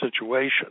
situation